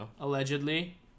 Allegedly